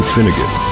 Finnegan